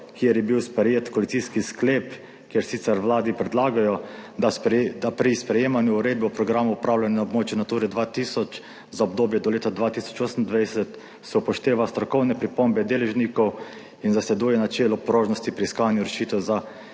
kjer je bil sprejet koalicijski sklep, kjer sicer Vladi predlagajo, da pri sprejemanju uredbe o programu upravljanja območja Nature 2000 za obdobje do leta 2028, se upošteva strokovne pripombe deležnikov in zasleduje načelo prožnosti pri iskanju rešitev za